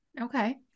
Okay